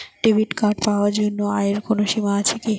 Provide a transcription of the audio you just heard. Debit card পাওয়ার জন্য আয়ের কোনো সীমা আছে কি?